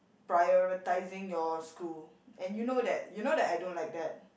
prioritizing your school and you know that you know that I don't like that